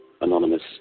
anonymous